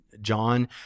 John